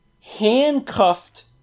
handcuffed